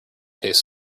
taste